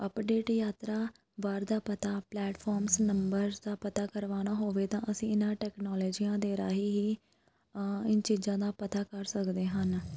update ਯਾਤਰਾ ਬਾਹਰ ਦਾ ਪਤਾ ਪਲੈਟਫੋਮਸ ਨੰਬਰਸ ਦਾ ਪਤਾ ਕਰਵਾਉਣਾ ਹੋਵੇ ਤਾਂ ਅਸੀਂ ਇਹਨਾਂ ਟੈਕਨੋਲਜੀਆਂ ਦੇ ਰਾਹੀਂ ਹੀ ਇਨ੍ਹਾਂ ਚੀਜ਼ਾਂ ਦਾ ਪਤਾ ਕਰ ਸਕਦੇ ਹਨ